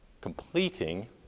completing